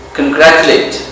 congratulate